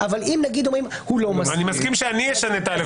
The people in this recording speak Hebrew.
אבל אם אומרים שהוא לא מסכים --- אני מסכים שאני אשנה את ה-א',